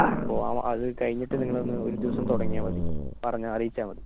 അപ്പോൾ അതു കഴിഞ്ഞിട്ട് നിങ്ങളൊന്ന് ഒരു ദിവസം തുടങ്ങിയാൽ മതി പറഞ്ഞാൽ അറിയിച്ചാൽ മതി